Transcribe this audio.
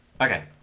Okay